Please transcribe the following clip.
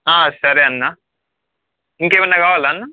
సరే అన్నా ఇంకా ఏమన్న కావాల అన్న